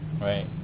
right